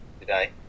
today